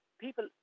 people